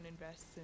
invests